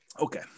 okay